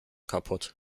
kaputt